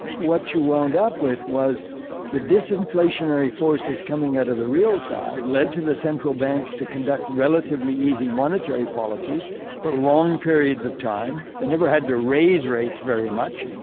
what you would up with was the disinflationary forces coming out of the real side led to the central banks to conduct relatively easy monetary policies for long periods of time. they never had to raise rates very much.